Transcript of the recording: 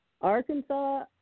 Arkansas